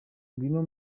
ngwino